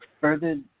further